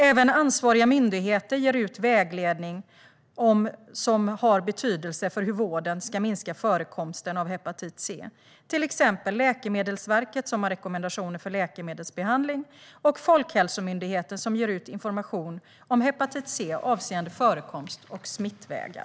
Även ansvariga myndigheter ger ut vägledning som har betydelse för hur vården ska minska förekomsten av hepatit C. Det gäller till exempel Läkemedelsverket, som har rekommendationer för läkemedelsbehandling, och Folkhälsomyndigheten, som ger ut information om hepatit C avseende förekomst och smittvägar.